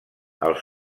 els